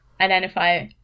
identify